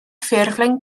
ffurflen